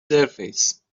surface